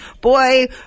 boy